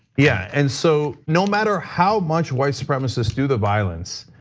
yeah, and so no matter how much white supremacist do the violence,